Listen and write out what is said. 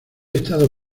estado